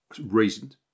reasoned